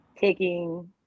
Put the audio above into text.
taking